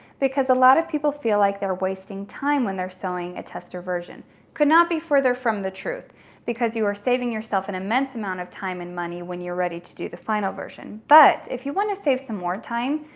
because a lot of people feel like they're wasting time when they're sewing a tester version. it could not be further from the truth because you are saving yourself an immense amount of time and money when you're ready to do the final version. but if you wanna save some more time,